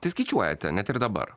tai skaičiuojate net ir dabar